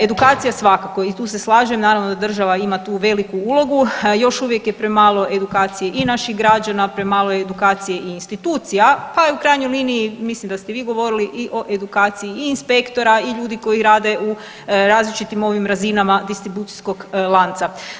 Edukacija svakako i tu se slažem, naravno da država ima tu veliku ulogu, još uvijek je premalo edukacije i naših građana i premalo edukacije i institucija, pa u krajnjoj liniji, mislim da ste vi govorili i o edukaciji i inspektora i ljudi koji rade u različitim ovim razinama distribucijskog lanca.